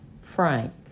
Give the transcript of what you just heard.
Frank